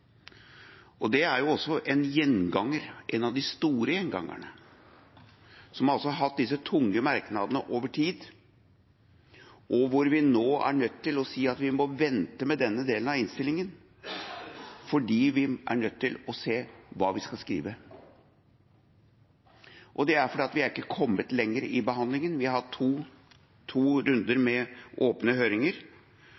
Det er jo også en gjenganger – en av de store gjengangerne – som altså har fått disse tunge merknadene over tid, og hvor vi nå er nødt til å si at vi må vente med denne delen av innstillinga, fordi vi er nødt til å se hva vi skal skrive. Det er fordi vi ikke er kommet lenger i behandlinga. Vi har hatt to runder med åpne høringer,